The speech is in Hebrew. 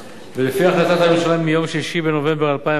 ולפי החלטת הממשלה מיום 6 בנובמבר 2011,